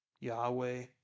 Yahweh